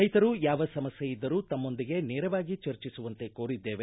ರೈತರು ಯಾವ ಸಮಸ್ಯೆಯಿದ್ದರೂ ತಮ್ಮೊಂದಿಗೆ ನೇರವಾಗಿ ಚರ್ಚಿಸುವಂತೆ ಕೋರಿದ್ದೇವೆ